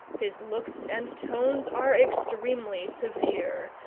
his looks and tones are extremely severe,